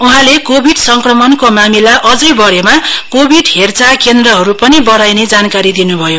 उहाँले कोविड संक्रमणको मामिला अझै बढेमा कोविड हेरचाह केन्द्रहरू पनि बढाइने जानकारी दिन्भयो